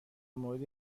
مورد